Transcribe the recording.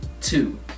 two